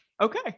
Okay